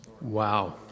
Wow